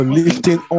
lifting